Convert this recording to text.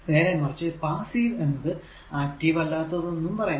നേരെമറിച്ചു passive എന്നത് active അല്ലാത്തത് എന്നും പറയാം